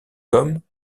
comme